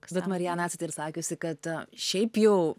bet mariana esate ir sakiusi kad a šiaip jau